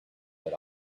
that